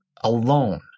alone